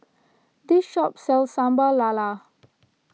this shop sells Sambal Lala